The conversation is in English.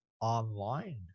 online